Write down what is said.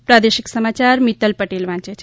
પ્રાદેશિક સમાચાર મીત્તલ પટેલ વાંચે છે